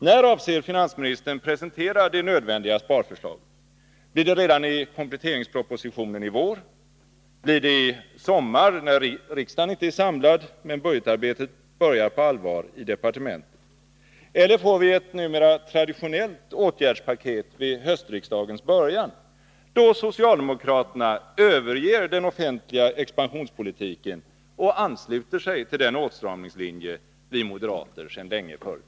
När avser finansministern att presentera det nödvändiga sparförslaget? Blir det redan i kompletteringspropositionen i vår? Blir det i sommar, när riksdagen inte är samlad men budgetarbetet i departementet börjar på allvar? Eller får vi ett numera traditionellt åtgärdspaket vid höstriksdagens början, där socialdemokraterna överger den offentliga expansionspolitiken och ansluter sig till den åtstramningslinje som vi moderater sedan länge har fört?